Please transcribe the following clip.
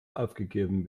aufgegeben